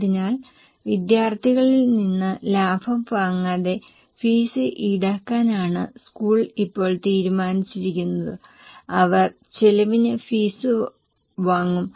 അതിനാൽ വിദ്യാർത്ഥികളിൽ നിന്ന് ലാഭം വാങ്ങാതെ ഫീസ് ഈടാക്കാനാണ് സ്കൂൾ ഇപ്പോൾ തീരുമാനിച്ചിരിക്കുന്നത് അവർ ചെലവിന് ഫീസ് വാങ്ങും